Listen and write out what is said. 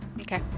Okay